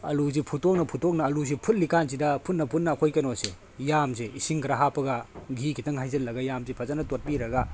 ꯑꯂꯨꯁꯤ ꯐꯨꯠꯇꯣꯛꯅ ꯐꯨꯠꯇꯣꯛꯅ ꯑꯂꯨꯁꯤ ꯐꯨꯠꯂꯤꯀꯥꯟꯁꯤꯗ ꯐꯨꯠꯅ ꯐꯨꯠꯅ ꯑꯩꯈꯣꯏ ꯀꯩꯅꯣꯁꯦ ꯌꯥꯝꯁꯦ ꯏꯁꯤꯡ ꯈꯔ ꯍꯥꯞꯄꯒ ꯒꯤ ꯈꯤꯇꯪ ꯍꯩꯖꯤꯜꯂꯒ ꯌꯥꯝꯁꯤ ꯐꯖꯟꯅ ꯇꯣꯠꯄꯤꯔꯒ